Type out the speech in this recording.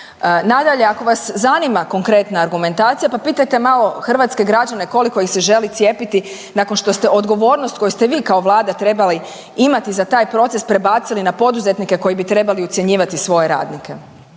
Nadalje, ako vas zanima konkretna argumentacija, pa pitajte malo hrvatske građane koliko ih se želi cijepiti nakon što ste odgovornost koju ste vi kao Vlada trebali imati za taj proces, prebacili na poduzetnike koji bi trebali ucjenjivati svoje radnike.